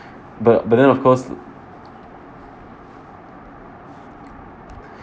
but but then of course